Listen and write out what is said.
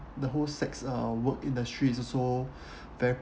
the whole sex uh work industry is also very